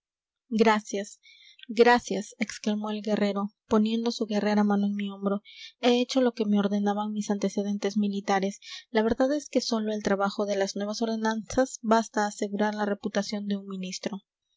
gracias gracias exclamó el guerrero poniendo su guerrera mano en mi hombro he hecho lo que me ordenaban mis antecedentes militares la verdad es que sólo el trabajo de las nuevas ordenanzas basta a asegurar la reputación de un ministro